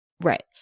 Right